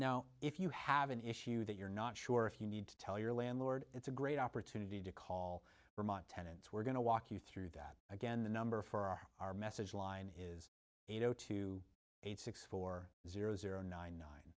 now if you have an issue that you're not sure if you need to tell your landlord it's a great opportunity to call for my tenants we're going to walk you through that again the number for our message line is eight zero two eight six four zero zero nine nine